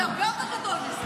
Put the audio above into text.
זה הרבה יותר גדול מזה.